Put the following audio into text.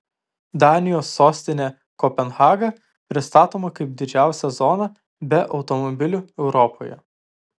danijos sostinė kopenhaga pristatoma kaip didžiausia zona be automobilių europoje